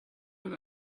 know